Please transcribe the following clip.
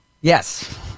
Yes